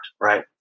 right